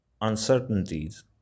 uncertainties